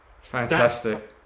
Fantastic